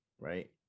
right